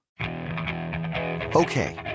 Okay